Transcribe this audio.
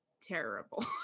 terrible